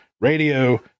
radio